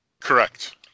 Correct